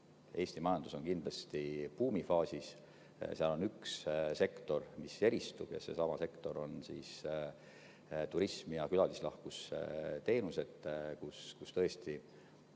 Eesti majandus on kindlasti buumifaasis. Seal on üks sektor, mis eristub, see sektor on turism ja külalislahkusteenused, kus tõesti